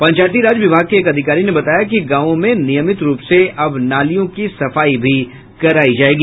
पंचायती राज विभाग के एक अधिकारी ने बताया कि गांवों में नियमित रूप से अब नालियों की सफाई भी करायी जायेगी